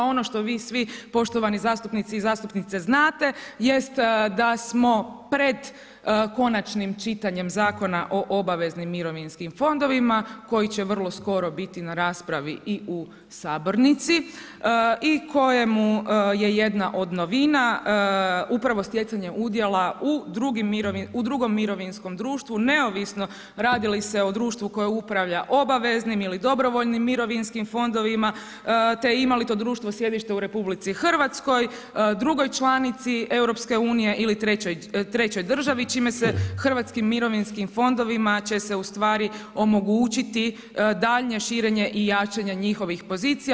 Ono što vi svi poštovani zastupnici i zastupnice znate jest da smo pred konačnim čitanjem Zakona o obaveznim mirovinskim fondovima koji će vrlo skoro biti na raspravi i u sabornici i kojemu je jedna od novina upravo stjecanje udjela u drugom mirovinskom društvu neovisno radi li se o društvu koje upravlja obaveznim ili dobrovoljnim mirovinskim fondovima, te ima li to društvo sjedište u RH, drugoj članici EU ili trećoj državi, čime se hrvatski mirovinskim fondovima će u se u stvari omogućiti daljnje širenje i jačanje njihovih pozicija.